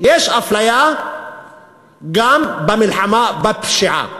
יש אפליה גם במלחמה בפשיעה.